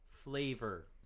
flavor